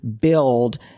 build